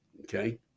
Okay